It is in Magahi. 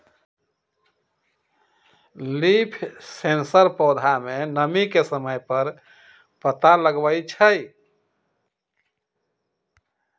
लीफ सेंसर पौधा में नमी के समय पर पता लगवई छई